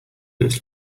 its